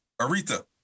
Aretha